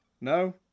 No